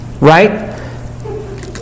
right